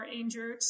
injured